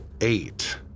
eight